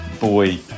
boy